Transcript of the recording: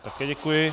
Také děkuji.